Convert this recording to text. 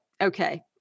okay